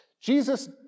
Jesus